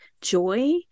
joy